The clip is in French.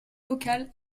vocale